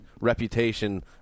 reputation